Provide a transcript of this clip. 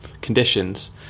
conditions